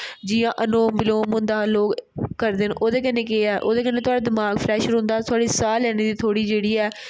जि'यां अलोम बिलोम होंदा लोक करदे न ओह्दे कन्ने केह् ऐ कि ओह्दे कन्ने थुआढ़ा दिमाग फ्रैश रौंह्दा थुआढ़ी साह् लोने दी थोह्डी जेह्ड़ी ऐ